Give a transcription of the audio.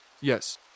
yes